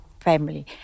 family